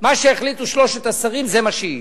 מה שיחליטו שלושת השרים זה מה שיהיה.